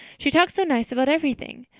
she talked so nice about everything.